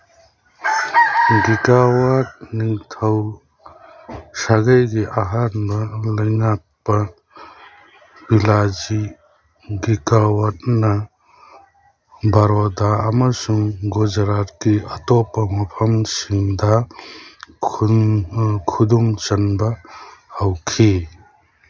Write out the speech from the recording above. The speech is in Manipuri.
ꯒꯤꯒꯥꯋꯥꯠ ꯅꯤꯡꯊꯧ ꯁꯥꯒꯩꯒꯤ ꯑꯍꯥꯟꯕ ꯂꯩꯉꯥꯛꯄ ꯄꯤꯂꯥꯖꯤ ꯒꯤꯒꯥꯋꯥꯠꯅ ꯕꯔꯣꯗꯥ ꯑꯃꯁꯨꯡ ꯒꯨꯖꯔꯥꯠꯀꯤ ꯑꯇꯣꯞꯄ ꯃꯐꯝꯁꯤꯡꯗ ꯈꯨꯗꯨꯝꯆꯟꯕ ꯍꯧꯈꯤ